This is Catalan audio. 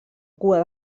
cua